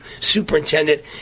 superintendent